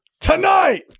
tonight